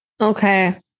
Okay